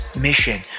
mission